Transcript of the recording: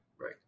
right